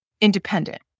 independent